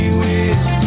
ways